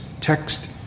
text